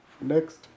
next